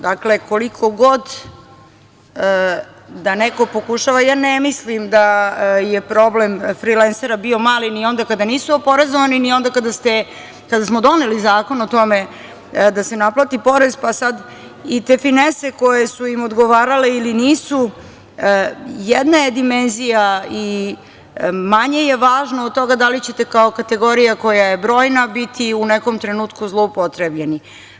Dakle, koliko god da neko pokušava, ja ne mislim da je problem frilensera bio mali ni onda kada nisu oporezovani, ni onda kada smo doneli zakon o tome da se naplati porez, pa sad i te finese koje su im odgovarale ili nisu, jedna je dimenzija i manje je važno od toga da li ćete kao kategorija koja je brojna biti u nekom trenutku zloupotrebljeni.